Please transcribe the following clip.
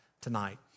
tonight